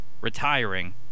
retiring